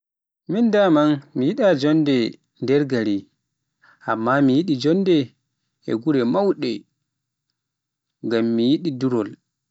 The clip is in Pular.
Min daman mi yiɗa jonde nder gaari, amma mi yiɗi joonde e gure mawɗe, ngam mi yiɗi durol.